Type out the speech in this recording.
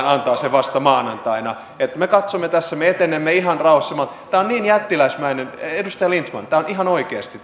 antaa sen vasta maanantaina me katsomme tässä me etenemme ihan rauhassa tämä on niin jättiläismäinen edustaja lindtman tämä on ihan oikeasti